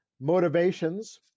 motivations